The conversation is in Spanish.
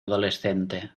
adolescente